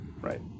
right